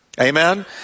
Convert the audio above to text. Amen